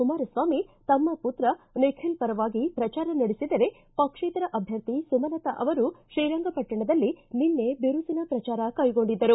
ಕುಮಾರಸ್ವಾಮಿ ತಮ್ಮ ಪುತ್ರ ನಿಖಿಲ್ ಪರವಾಗಿ ಪ್ರಜಾರ ನಡೆಸಿದರೆ ಪಕ್ಷೇತರ ಅಭ್ಯರ್ಥಿ ಸುಮಲತಾ ಅವರು ಶ್ರೀರಂಗಪಟ್ಟಣದಲ್ಲಿ ನಿನ್ನೆ ಬಿರುಸಿನ ಪ್ರಚಾರ ಕೈಗೊಂಡಿದ್ದರು